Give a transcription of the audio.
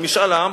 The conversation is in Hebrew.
של משאל עם,